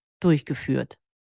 durchgeführt